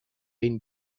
been